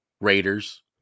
Raiders